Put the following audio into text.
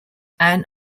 anne